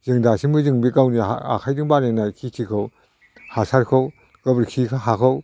जों दासिमबो जों बे गावनि आखाइजों बानायनाय खेथिखौ हासारखौ गोबोरखि हाखौ